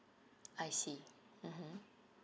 I see mmhmm